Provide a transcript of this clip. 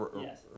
Yes